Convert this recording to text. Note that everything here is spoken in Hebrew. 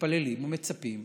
מתפללים ומצפים,